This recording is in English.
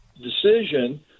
decision